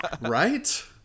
right